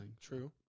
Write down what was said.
true